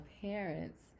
parents